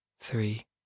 three